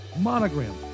Monogram